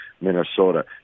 Minnesota